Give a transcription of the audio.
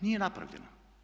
Nije napravljeno.